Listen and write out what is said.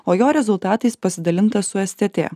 o jo rezultatais pasidalinta su stt